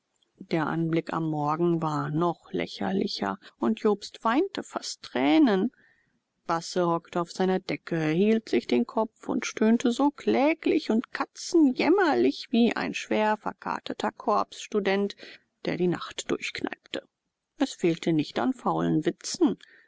der anblick am morgen war noch lächerlicher und jobst weinte fast tränen basse hockte auf seiner decke hielt sich den kopf und stöhnte so kläglich und katzenjämmerlich wie ein schwer verkateter korpsstudent der die nacht durchkneipte es fehlte nicht an faulen witzen